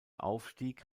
aufstieg